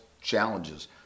challenges